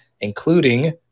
including